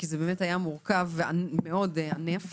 כי זה באמת היה מורכב ומאוד ענף.